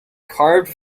carved